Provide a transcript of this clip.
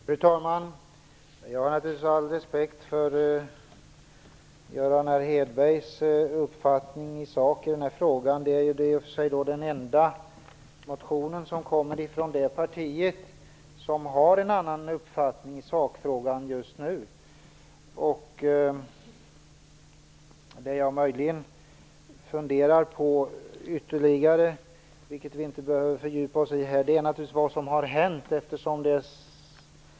Fru talman! Jag har naturligtvis all respekt för Göran R Hedbergs uppfattning i sakfrågan. Den enda motion som finns i frågan kommer från det parti som just nu har en annan uppfattning i sakfrågan. Vad jag möjligen ytterligare funderar på, men det behöver vi inte fördjupa oss i här, är vad som har hänt.